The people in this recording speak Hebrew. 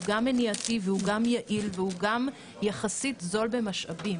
גם מניעתי והוא גם יעיל והוא גם יחסית זול במשאבים.